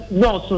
no